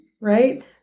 right